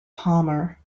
palmer